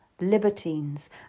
libertines